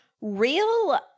real